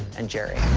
and jerry.